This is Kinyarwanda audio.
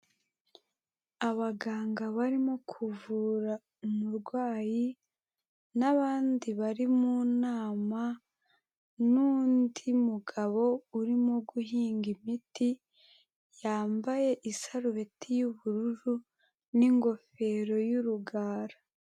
Abaganga barimo kuvura umurwayi n'abandi bari mu nama n'undi mugabo urimo guhinga imiti, yambaye isarubeti y'ubururu n'ingofero y'urugara.